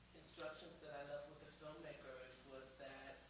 instructions that i left with the filmmakers was that,